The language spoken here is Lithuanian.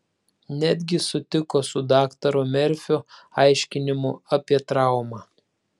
netgi sutiko su daktaro merfio aiškinimu apie traumą